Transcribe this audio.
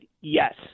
yes